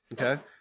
Okay